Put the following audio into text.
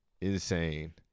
insane